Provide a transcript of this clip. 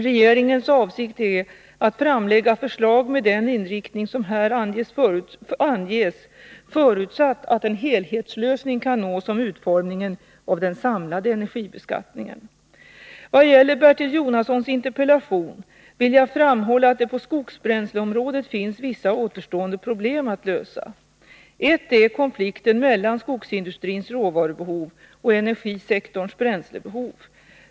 Regeringens avsikt är att framlägga förslag med den inriktning som här anges, förutsatt att en helhetslösning kan nås om utformningen av den samlade energibeskattningen. Vad gäller Bertil Jonassons interpellation vill jag framhålla att det på skogsbränsleområdet finns vissa återstående problem att lösa. Ett är konflikten mellan skogsindustrins råvarubehov och energisektorns bränslebehov.